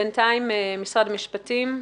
בינתיים, משרד המשפטים.